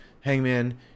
Hangman